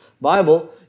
Bible